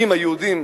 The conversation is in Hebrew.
אם היהודים,